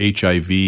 HIV